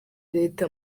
leta